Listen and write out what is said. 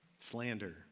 Slander